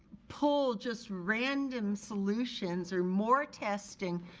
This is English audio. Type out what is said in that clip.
pull just random solutions or more testing,